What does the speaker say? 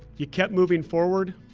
you kept moving forward.